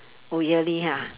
oh yearly ha